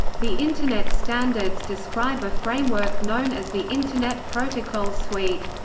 the internet standards describe a framework known as the internet protocol suite.